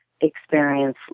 experience